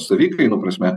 savikainų prasme